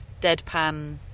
deadpan